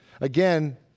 again